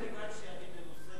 מכיוון שאני מנוסה